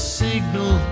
signal